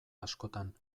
askotan